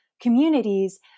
communities